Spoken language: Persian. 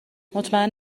مطمئن